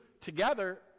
together